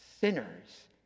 sinners